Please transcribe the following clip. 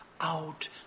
out